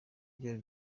byari